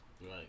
Right